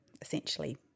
essentially